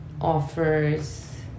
offers